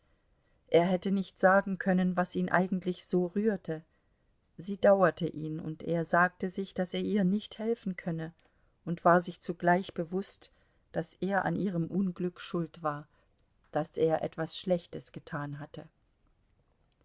er hätte nicht sagen können was ihn eigentlich so rührte sie dauerte ihn und er sagte sich daß er ihr nicht helfen könne und war sich zugleich bewußt daß er an ihrem unglück schuld war daß er etwas schlechtes getan hatte